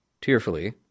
Tearfully